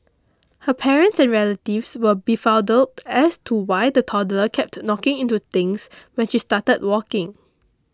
her parents and relatives were befuddled as to why the toddler kept knocking into things when she started walking